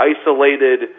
isolated